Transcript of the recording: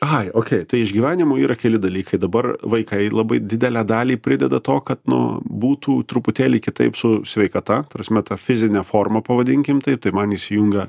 ai okei iai iš gyvenimo yra keli dalykai dabar vaikai labai didelę dalį prideda to kad nu būtų truputėlį kitaip su sveikata ta prasme ta fizinė forma pavadinkime taip tai man įsijungia